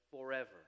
forever